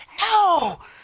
No